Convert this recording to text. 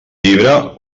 llibre